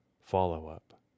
follow-up